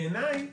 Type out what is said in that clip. בעיניי,